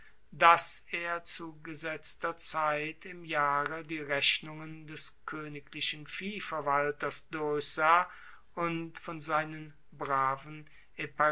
dass er zu gesetzter zeit im jahre die rechnungen des koeniglichen viehverwalters durchsah und von seinen braven